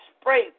spray